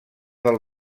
del